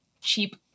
cheap